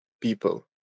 people